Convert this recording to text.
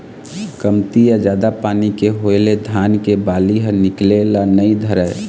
कमती या जादा पानी के होए ले धान के बाली ह निकले ल नइ धरय